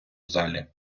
залі